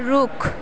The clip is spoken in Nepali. रुख